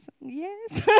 Yes